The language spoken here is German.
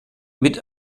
mit